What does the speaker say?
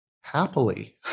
happily